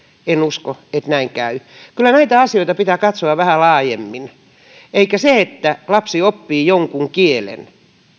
en usko että näin käy kyllä näitä asioita pitää katsoa vähän laajemmin sitä että lapsi oppii jonkun kielen